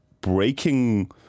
breaking